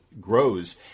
grows